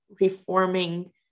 reforming